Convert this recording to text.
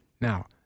Now